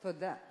תודה.